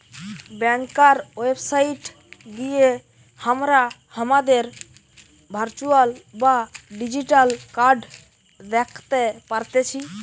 ব্যাংকার website গিয়ে হামরা হামাদের ভার্চুয়াল বা ডিজিটাল কার্ড দ্যাখতে পারতেছি